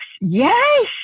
yes